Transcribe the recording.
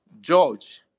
George